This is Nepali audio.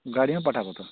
गाडीमा पठाएको त